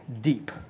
deep